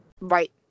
Right